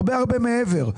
הרבה מעבר.